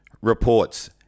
Reports